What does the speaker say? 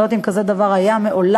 אני לא יודעת אם כזה דבר היה מעולם,